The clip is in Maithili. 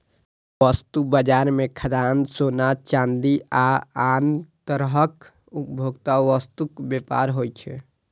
वस्तु बाजार मे खाद्यान्न, सोना, चांदी आ आन तरहक उपभोक्ता वस्तुक व्यापार होइ छै